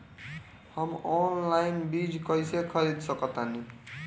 हम ऑनलाइन बीज कईसे खरीद सकतानी?